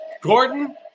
Gordon